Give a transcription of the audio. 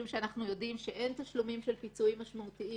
משום שאנחנו יודעים שאין תשלומים של פיצויים משמעותיים,